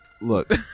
Look